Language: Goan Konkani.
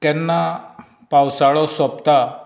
केन्ना पावसाळो सोंपता